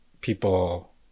people